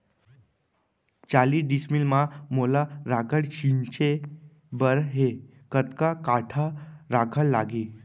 चालीस डिसमिल म मोला राखड़ छिंचे बर हे कतका काठा राखड़ लागही?